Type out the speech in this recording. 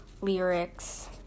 lyrics